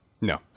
No